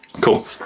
Cool